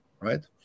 right